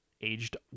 aged